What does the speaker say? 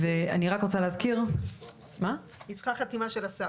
ואני רק רוצה להזכיר -- היא צריכה חתימה של השר.